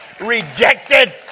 rejected